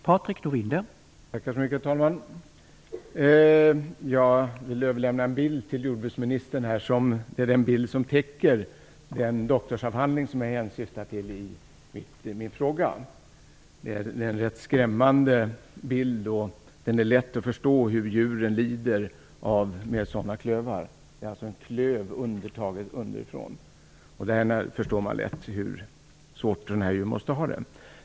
Herr talman! Jag vill överlämna en bild till jordbruksministern som täcker den doktorsavhandling som jag hänvisar till i min fråga. Det är en rätt skrämmande bild, och det är lätt att förstå att djuren lider med sådana klövar. Bilden visar alltså bl.a. en klöv som är fotograferad underifrån. Man kan lätt förstå hur svårt det här djuret måste ha det.